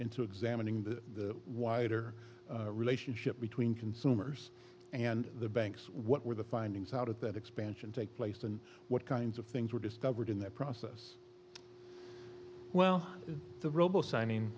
into examining the wider relationship between consumers and the banks what were the findings out of that expansion take place and what kinds of things were discovered in that process well the robo signing